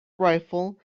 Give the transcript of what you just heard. rifle